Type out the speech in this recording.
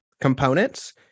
components